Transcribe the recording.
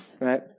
right